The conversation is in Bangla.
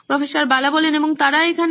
প্রফ্ বালা এবং তারা এখানে